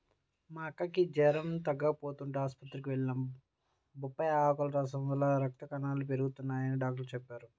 మా అక్కకి జెరం తగ్గకపోతంటే ఆస్పత్రికి వెళ్లాం, బొప్పాయ్ ఆకుల రసం వల్ల రక్త కణాలు పెరగతయ్యని డాక్టరు చెప్పారు